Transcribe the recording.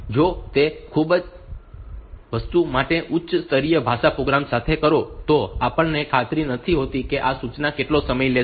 જો તે જ વસ્તુ તમે ઉચ્ચ સ્તરીય ભાષા પ્રોગ્રામ સાથે કરો તો આપણને ખાતરી નથી હોતી કે આ સૂચનાઓ કેટલો સમય લેશે